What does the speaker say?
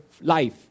life